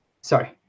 sorry